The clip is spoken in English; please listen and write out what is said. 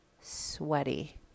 sweaty